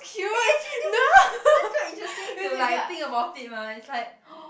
eh actually this is this quite interesting to like think about it mah it's like